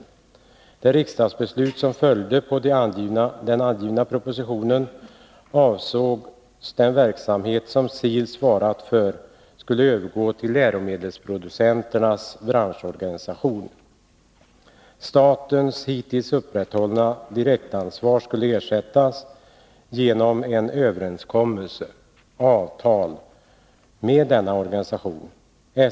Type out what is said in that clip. I det riksdagsbeslut som följde på den angivna propositionen avsågs den verksamhet som SIL svarat för att övergå till läromedelsproducenternas branschorganisation. Statens hittills upprätthållna direktansvar skulle ersättas av en överenskommelse — avtal — med denna organisation.